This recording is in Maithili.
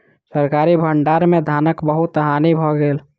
सरकारी भण्डार में धानक बहुत हानि भ गेल